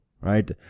right